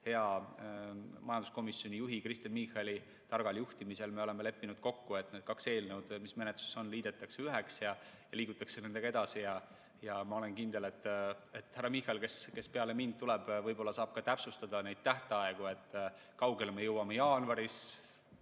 Hea majanduskomisjoni juhi Kristen Michali targal juhtimisel me oleme kokku leppinud, et need kaks eelnõu, mis menetluses on, liidetakse üheks ja liigutakse nendega edasi. Ma olen kindel, et härra Michal, kes peale mind tuleb, võib‑olla saab ka täpsustada neid tähtaegu, et kaugele me jõuame jaanuaris